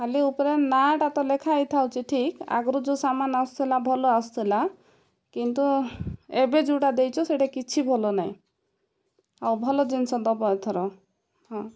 ଖାଲି ଉପରେ ନାଁଟା ତ ଲେଖା ହେଇଥାଉଛି ଠିକ ଆଗରୁ ଯେଉଁ ସାମାନ ଆସୁଥିଲା ଭଲ ଆସୁଥିଲା କିନ୍ତୁ ଏବେ ଯେଉଁଟା ଦେଇଛ ସେଇଟା କିଛି ଭଲ ନାହିଁ ଆଉ ଭଲ ଜିନିଷ ଦେବ ଏଥର ହଁ